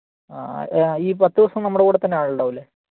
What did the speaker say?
ആ ആ ഈ പത്തു ദിവസം നമ്മുടെ കൂടെത്തന്നെ ആളുണ്ടാവില്ലേ